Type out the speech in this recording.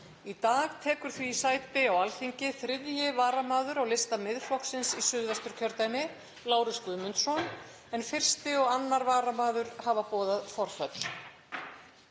Í dag tekur því sæti á Alþingi 3. varamaður á lista Miðflokksins í Suðvesturkjördæmi, Lárus Guðmundsson, en 1. og 2. varamaður hafa boðað forföll.